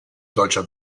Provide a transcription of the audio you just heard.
solcher